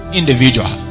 individual